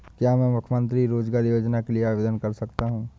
क्या मैं मुख्यमंत्री रोज़गार योजना के लिए आवेदन कर सकता हूँ?